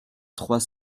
trois